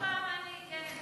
עוד פעם אני, כן.